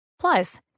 Plus